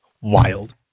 wild